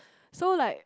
so like